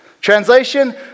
Translation